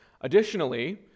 Additionally